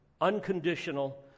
unconditional